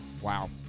Wow